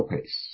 pace